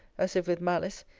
as if with malice,